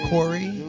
Corey